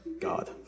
God